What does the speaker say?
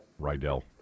Rydell